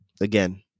again